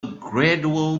gradual